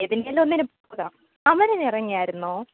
ഏതെങ്കിലും ഒന്നിനു പോകാം അമരനിറങ്ങിയായിരുന്നോ